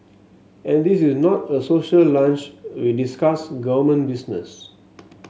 and this is not a social lunch we discuss government business